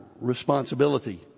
responsibility